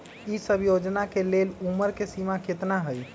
ई सब योजना के लेल उमर के सीमा केतना हई?